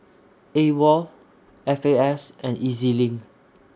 AWOL F A S and E Z LINK